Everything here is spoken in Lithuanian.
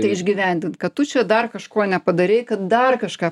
tai išgyvendint kad tu čia dar kažko nepadarei kad dar kažką